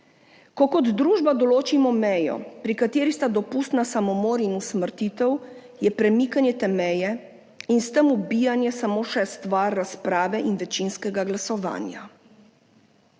Ko kot družba določimo mejo, pri kateri sta dopustna samomor in usmrtitev, je premikanje te meje in s tem ubijanje samo še stvar razprave in večinskega glasovanja.